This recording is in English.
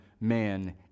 man